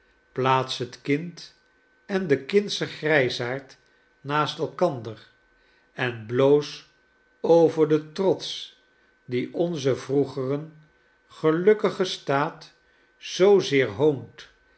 plaats het kind en den kindschen grijsaard naast elkander en bloos over den trots die onzen vroegeren gelukkigen staat zoozeer hoont